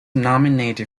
nominated